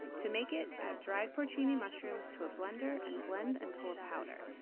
to make it, add dried porcini mushrooms to a blender and blend until a powder.